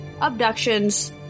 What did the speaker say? abductions